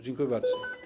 Dziękuję bardzo.